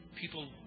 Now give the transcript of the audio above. People